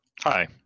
Hi